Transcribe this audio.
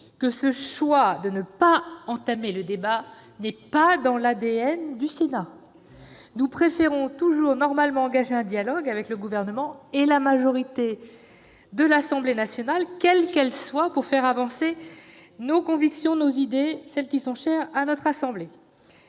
que le choix de ne pas entamer le débat n'est pas inscrit dans l'ADN du Sénat. C'est vrai ! Nous préférons toujours engager un dialogue avec le Gouvernement et la majorité de l'Assemblée nationale, quelle qu'elle soit, pour faire avancer nos idées, celles qui sont chères à notre assemblée,